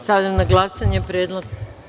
Stavljam na glasanje ovaj predlog.